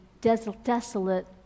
desolate